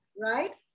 Right